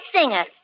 singer